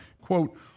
Quote